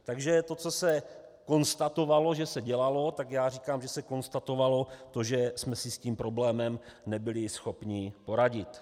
Takže to, co se konstatovalo, že se dělalo, tak já říkám, že se konstatovalo to, že jsme si s tím problémem nebyli schopni poradit.